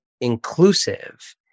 inclusive